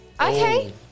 Okay